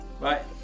Bye